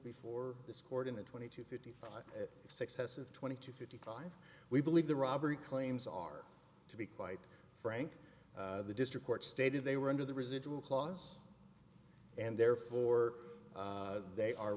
before this court in the twenty to fifty successive twenty two fifty five we believe the robbery claims are to be quite frank the district court stated they were under the residual clause and therefore they are